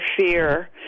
fear